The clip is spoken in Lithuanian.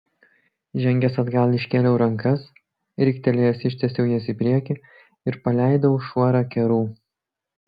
žengęs atgal iškėliau rankas riktelėjęs ištiesiau jas į priekį ir paleidau šuorą kerų